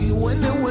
when there